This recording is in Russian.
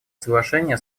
соглашения